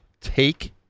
Take